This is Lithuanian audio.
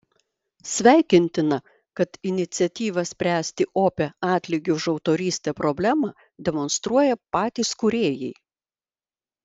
sveikintina kad iniciatyvą spręsti opią atlygio už autorystę problemą demonstruoja patys kūrėjai